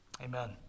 Amen